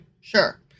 Sure